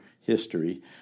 history